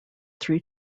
three